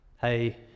Hey